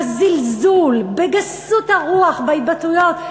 בזלזול, בגסות הרוח, בהתבטאויות.